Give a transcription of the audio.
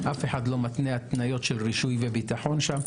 אף אחד לא מתנה התניות של רישוי וביטחון שם,